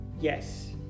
Yes